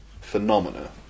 phenomena